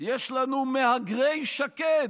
יש לנו מהגרי שקד.